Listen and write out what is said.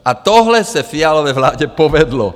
A tohle se Fialově vládě povedlo.